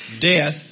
Death